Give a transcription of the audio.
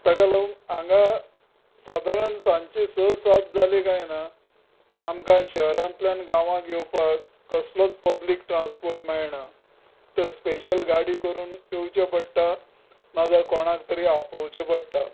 ताका लागून हांगा सादारण सांजचीं स सात जाली काय ना आमकां शहरांतल्यान गांवांत येवपाक कसलोच पब्लीक ट्रांसपोर्ट मेळना तर स्पेशल गाडी करून येवचें पडटा ना जाल्यार कोणाक तरी आपोवचें पडटा